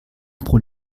pro